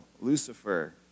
Lucifer